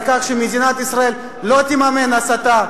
שמדינת ישראל לא תממן הסתה,